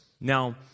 Now